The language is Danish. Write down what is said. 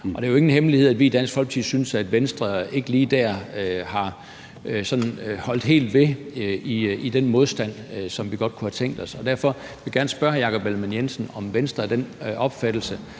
Det er jo ingen hemmelighed, at vi i Dansk Folkeparti synes, at Venstre ikke lige der har holdt helt ved i den modstand, som vi godt kunne have tænkt os, og derfor vil jeg gerne spørge hr. Jakob Ellemann-Jensen, om Venstre er af den opfattelse,